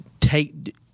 Take